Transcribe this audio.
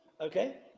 Okay